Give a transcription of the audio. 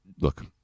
Look